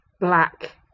black